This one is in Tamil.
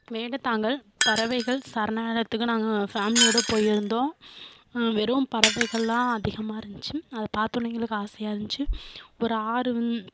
வேடந்தாங்கல் பறவைகள் சரணாலயத்துக்கு நாங்கள் ஃபேமிலியோட போயிருந்தோம் வெறும் பறவைகள்லாம் அதிகமாக இருந்துச்சு அதை பார்த்தோன்ன எங்களுக்கு ஆசையாக இருந்துச்சு ஒரு ஆறு